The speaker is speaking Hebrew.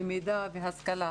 למידה והשכלה.